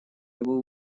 его